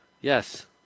Yes